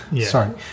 sorry